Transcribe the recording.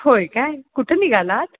होय काय कुठं निघाला आहात